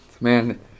Man